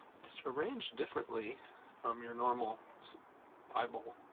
it's arranged differently from your normal bible,